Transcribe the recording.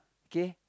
K